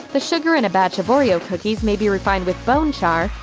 the sugar in a batch of oreo cookies may be refined with bone char,